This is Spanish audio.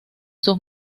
sus